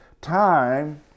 time